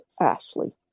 Ashley